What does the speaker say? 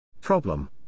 Problem